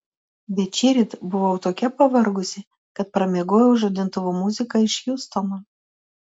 bet šįryt buvau tokia pavargusi kad pramiegojau žadintuvo muziką iš hjustono